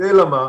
אלא מה?